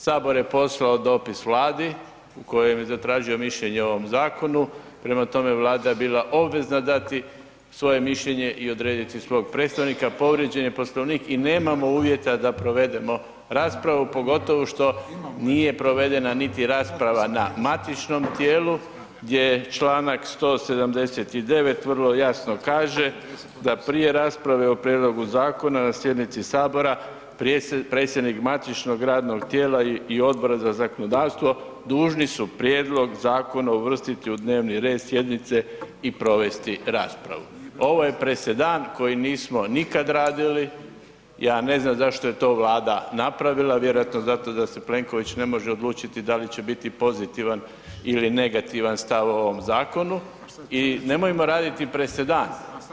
Sabor je poslao dopis Vladi u kojem je zatražio mišljenje o ovom zakonu, prema tome Vlada je bila obvezna dati svoje mišljenje i odrediti svog predstavnika, povrijeđen je Poslovnik i nemamo uvjeta da provedemo raspravu, pogotovo što nije provedena niti rasprava na matičnom tijelu gdje članak 179. vrlo jasno kaže „da prije rasprave o prijedlogu zakona na sjednici Sabora predsjednik matičnog radnog tijela i Odbora za zakonodavstvo, dužni su prijedlog zakona uvrstiti u dnevni red sjednice i provesti raspravu.“ Ovo je presedan koji nismo nikad radili, ja ne znam zašto je to Vlada napravila, vjerojatno zato da se Plenković ne može odlučiti da li će biti pozitivan ili negativan stav o ovom zakonu i nemojmo raditi presedan.